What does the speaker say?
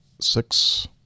six